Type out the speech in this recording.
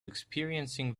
experiencing